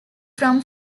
from